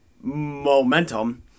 momentum